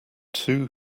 two